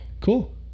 Cool